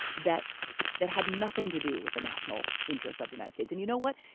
that that had nothing to do with the national interests of the united states. and you know what?